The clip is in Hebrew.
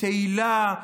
תהל"ה,